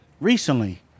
recently